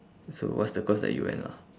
so what's the course that you went lah